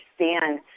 understand